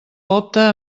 opte